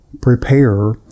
prepare